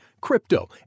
crypto